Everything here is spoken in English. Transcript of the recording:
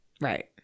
Right